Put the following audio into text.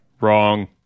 Wrong